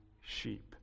sheep